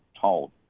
told